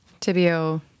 Tibio